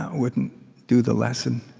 wouldn't do the lesson.